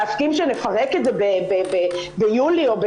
להסכים שנפרק את זה ביולי או ב